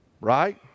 Right